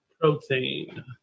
protein